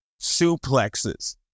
suplexes